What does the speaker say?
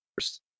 first